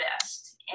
best